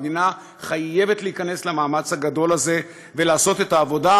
המדינה חייבת להיכנס למאמץ הגדול הזה ולעשות את העבודה,